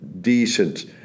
decent